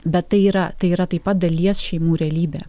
bet tai yra tai yra taip pat dalies šeimų realybė